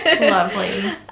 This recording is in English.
Lovely